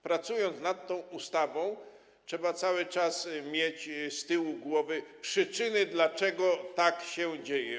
Pracując nad tą ustawą, trzeba cały czas mieć z tyłu głowy wzgląd na przyczyny, dlaczego tak się dzieje.